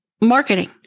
marketing